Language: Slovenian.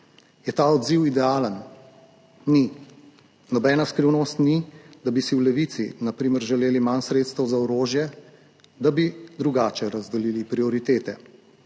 Je ta odziv idealen? Ni. Nobena skrivnost ni, da bi si v Levici na primer želeli manj sredstev za orožje, da bi drugače razdelili prioritete,